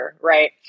Right